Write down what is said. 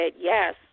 yes